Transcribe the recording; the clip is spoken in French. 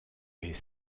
est